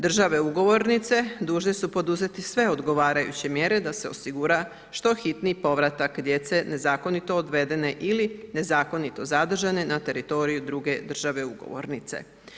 Države ugovornice dužne su poduzeti sve odgovarajuće mjere da se osigura što hitniji povratak djece nezakonito odvedene ili nezakonito zadržane na teritoriju druge države ugovornice.